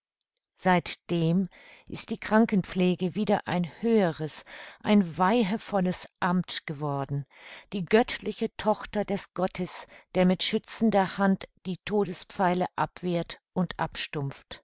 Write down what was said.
seitdem ist die krankenpflege wieder ein höheres ein weihevolles amt geworden die göttliche tochter des gottes der mit schützender hand die todespfeile abwehrt und